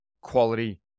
quality